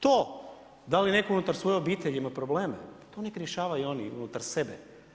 To da li je netko unutar svoje obitelji imao problema, to nek rješavaju unutar sebe.